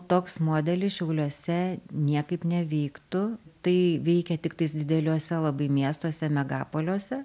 toks modelis šiauliuose niekaip neivyktų tai veikia tiktais dideliuose labai miestuose megapoliuose